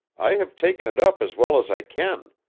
i have taken it up as well as i can.